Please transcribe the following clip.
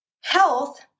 Health